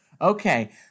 Okay